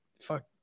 fuck